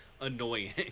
annoying